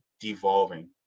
devolving